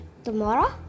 tomorrow